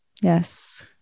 yes